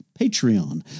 Patreon